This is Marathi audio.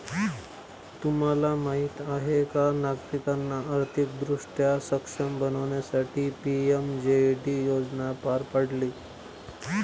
तुम्हाला माहीत आहे का नागरिकांना आर्थिकदृष्ट्या सक्षम बनवण्यासाठी पी.एम.जे.डी योजना पार पाडली